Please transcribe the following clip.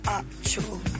actual